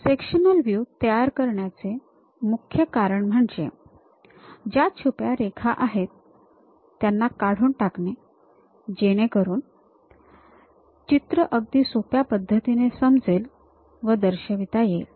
sectional view तयार करण्याचे मुख्य कारण म्हणजे ज्या छुप्या रेखा आहेत त्यांना काढून टाकणे जेणेकरून चित्र अगदी सोप्या पद्धतीने समजेल व दर्शविता येईल